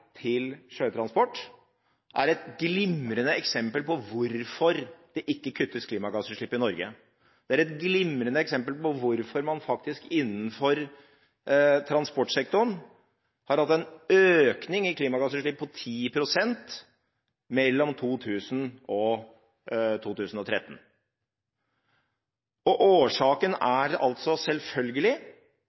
til sjøtransport, er et glimrende eksempel på hvorfor det ikke kuttes i klimagassutslipp i Norge. Det er et glimrende eksempel på hvorfor man faktisk innenfor transportsektoren har hatt en økning i klimagassutslippene på 10 pst. mellom 2000 og 2013. Årsaken er selvfølgelig